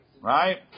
Right